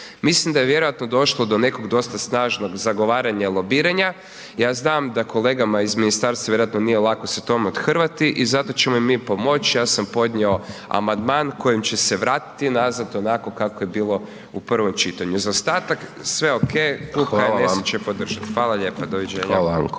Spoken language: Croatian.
Mislim da je vjerojatno došlo do nekog dosta snažnog zagovaranja i lobiranja. Ja znam da kolegama iz ministarstva vjerojatno se nije lako tome othrvati i zato ćemo im mi pomoći, ja sam podnio amandman kojim će se vratiti nazad onako kako je bilo u prvom čitanju. Za ostatak, sve okej…/Upadica: Hvala vam/…Klub HNS-a će